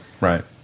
right